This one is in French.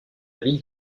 ville